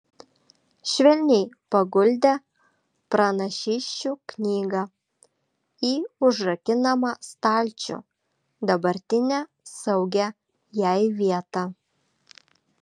švelniai paguldė pranašysčių knygą į užrakinamą stalčių dabartinę saugią jai vietą